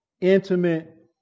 intimate